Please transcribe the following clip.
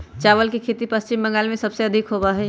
चावल के खेती पश्चिम बंगाल में सबसे अधिक होबा हई